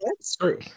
Screw